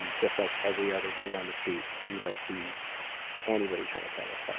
and just like every other dude on the street, like sees anybody trying to help.